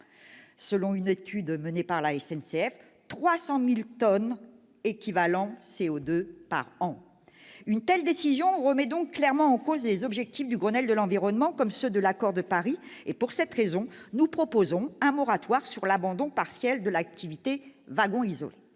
selon une étude menée par la SNCF, 300 000 tonnes équivalent CO2 par an. Une telle décision remet donc clairement en cause les objectifs du Grenelle de l'environnement, comme ceux de l'accord de Paris. Pour cette raison, nous proposons un moratoire sur l'abandon partiel de l'activité wagon isolé.